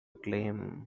claim